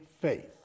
faith